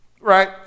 Right